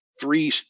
three